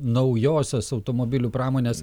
naujosios automobilių pramonės